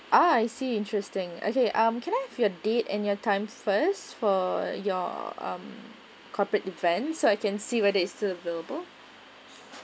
I see interesting okay um can I have your date and your time first for your um corporate events so I can see whether it's available